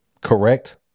correct